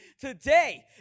Today